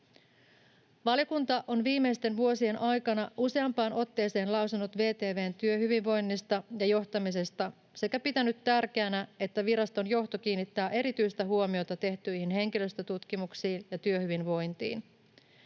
Valiokunta on viimeisten vuosien aikana useampaan otteeseen lausunut VTV:n työhyvinvoinnista ja johtamisesta sekä pitänyt tärkeänä, että viraston johto kiinnittää erityistä huomiota tehtyihin henkilöstötutkimuksiin ja työhyvinvointiin.